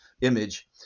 image